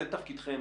זה תפקידכם,